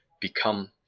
become